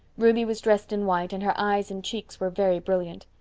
ruby was dressed in white and her eyes and cheeks were very brilliant.